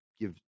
give